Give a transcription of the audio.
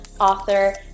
author